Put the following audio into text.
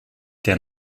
der